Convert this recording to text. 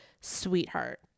sweetheart